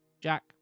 Jack